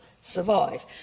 survive